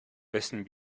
wessen